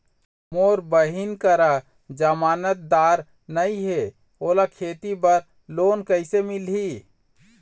मोर बहिनी करा जमानतदार नई हे, ओला खेती बर लोन कइसे मिलही?